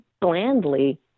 blandly